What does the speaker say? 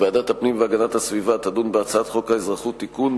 ועדת הפנים והגנת הסביבה תדון בהצעת חוק האזרחות (תיקון,